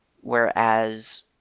Whereas